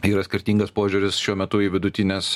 yra skirtingas požiūris šiuo metu į vidutines